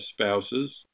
spouses